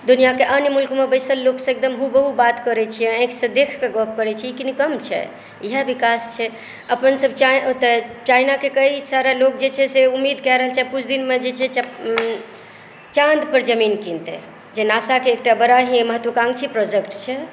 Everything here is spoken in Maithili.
दूनियांकेँ अन्य मुल्कमे बैसल लोकसे एकदम हु बहु बात करय छियै देख कऽ गप करय छी कम छै इयाह विकास छै अपन सभ चाइनाकेँ तऽ कई सारा लोक जे छै से उम्मीद कय रहल छै कुछ दिनमे जे छै से चाइना चाँद पर जमीन किनतै जे नाशाके एकटा बड़ा ही महत्वकाङ्क्षी प्रोजेक्ट छै